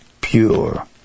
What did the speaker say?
pure